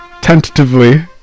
tentatively